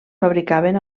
fabricaven